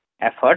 effort